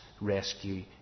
rescue